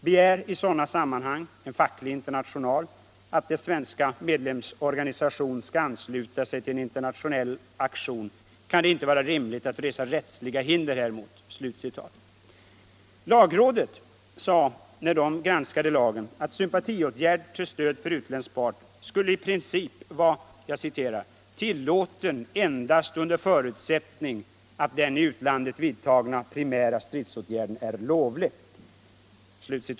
Begär i sådana sammanhang en facklig international att dess svenska medlemsorganisation skall ansluta sig till en internationell aktion kan det inte vara rimligt att resa rättsliga hinder häremot.” Lagrådet uttalade vid sin granskning av lagen att sympatiåtgärd till stöd för utländsk part skulle i princip vara ”tillåten endast under förutsättning att den i utlandet vidtagna primära stridsåtgärden är lovlig”.